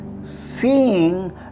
Seeing